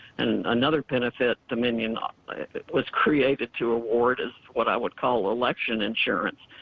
and another benefit dominion um was created to award is what i would call election insurance.